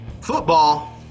Football